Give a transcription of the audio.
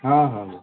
ହଁ ହଁ